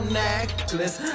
necklace